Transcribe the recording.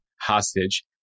hostage